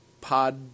pod